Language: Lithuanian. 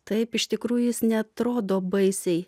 taip iš tikrųjų jis neatrodo baisiai